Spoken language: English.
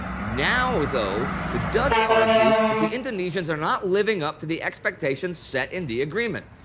now, though, the dutch argue that the indonesians are not living up to the expectations set in the agreement.